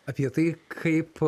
apie tai kaip